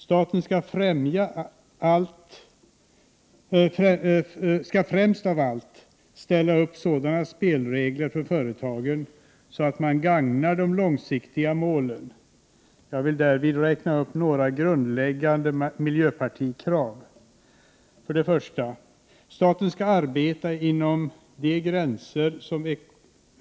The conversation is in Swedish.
Staten skall främst av allt ställa upp sådana spelregler för företagen att man gagnar de långsiktiga målen. Jag vill räkna upp några grundläggande miljöpartikrav: 1.